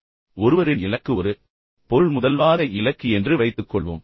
எனவே ஒருவரின் இலக்கு ஒரு பொருள்முதல்வாத இலக்கு என்று வைத்துக்கொள்வோம்